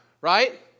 right